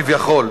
כביכול.